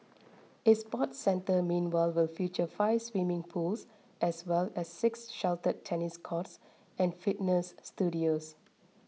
a sports centre meanwhile will feature five swimming pools as well as six sheltered tennis courts and fitness studios